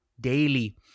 daily